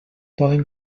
poden